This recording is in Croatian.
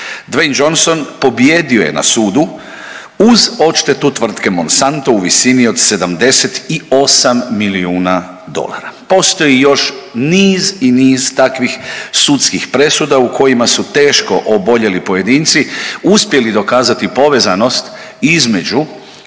Dwayne Johnson pobijedio je na sudu uz odštetu tvrtke Monsanto u visini od 78 milijuna dolara. Postoji još niz i niz takvih sudskih presuda u kojima su teško oboljeli pojedinci uspjeli dokazati povezanost između